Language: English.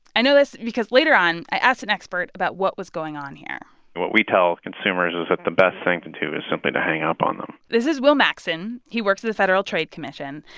i know this because, later on, i asked an expert about what was going on here and what we tell consumers is that the best thing to do is simply to hang up on them this is will maxon. he works at the federal trade commission.